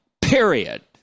period